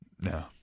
No